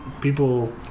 people